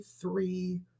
three